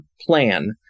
plan